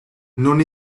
non